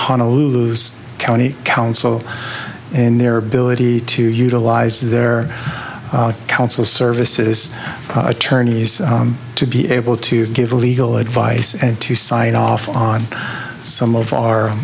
honolulu's county council in their ability to utilize their council services attorneys to be able to give legal advice and to sign off on some of our